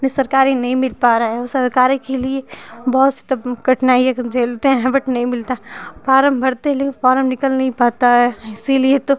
उन्हें सरकारी नहीं मिल पा रहा है और सरकारी के लिए बहुत सी तब कठिनाइयाँ का झेलते हैं बट नही मिलता फारम भरते हैं लेकिन फ़ॉरम निकल नहीं पाता है इसलिए तो